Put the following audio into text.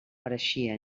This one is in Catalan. pareixia